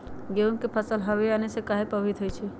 गेंहू के फसल हव आने से काहे पभवित होई छई?